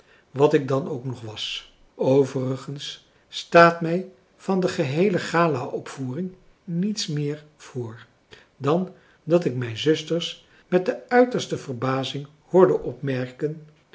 wat ik dan ook nog was overigens staat mij van de geheele galaopvoering niets meer voor dan dat ik mijn zusters met de uiterste verbazing hoorde opmerken